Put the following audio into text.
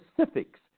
specifics